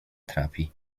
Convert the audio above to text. trapi